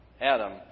Adam